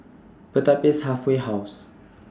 Pertapis Halfway House